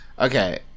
Okay